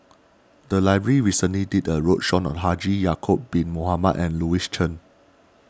the library recently did a roadshow on Haji Ya'Acob Bin Mohamed and Louis Chen